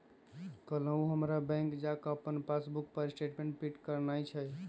काल्हू हमरा बैंक जा कऽ अप्पन पासबुक पर स्टेटमेंट प्रिंट करेनाइ हइ